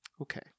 Okay